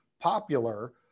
popular